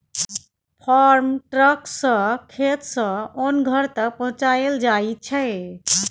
farm truck सँ खेत सँ ओन घर तक पहुँचाएल जाइ छै